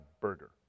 burger